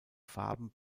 farben